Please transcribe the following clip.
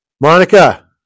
Monica